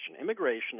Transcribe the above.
Immigration